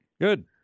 good